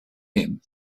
him